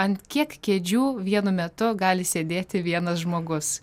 ant kiek kėdžių vienu metu gali sėdėti vienas žmogus